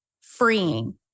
freeing